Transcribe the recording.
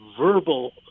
verbal